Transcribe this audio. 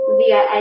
via